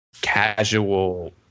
casual